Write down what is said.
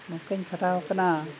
ᱱᱚᱝᱠᱟᱧ ᱠᱷᱟᱴᱟᱣ ᱠᱟᱱᱟ